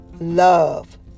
love